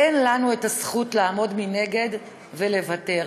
אין לנו הזכות לעמוד מנגד ולוותר.